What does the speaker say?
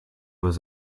was